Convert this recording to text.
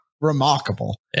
remarkable